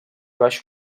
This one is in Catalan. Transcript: baix